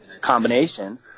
combination